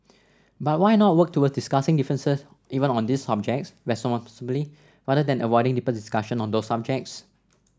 but why not work towards discussing differences even on those subjects responsibly rather than avoiding deeper discussion on those subjects